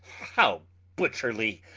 how butcherly?